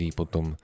potom